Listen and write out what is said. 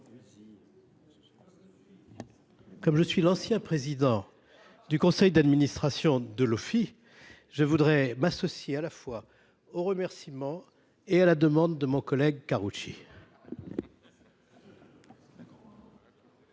Comme je suis l’ancien président du conseil d’administration de l’Ofii, je voudrais m’associer à la fois aux remerciements et à la demande de mon collègue Roger